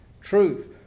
truth